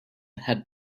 had